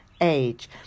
age